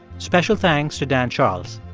special thanks to dan charles.